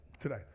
today